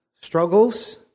struggles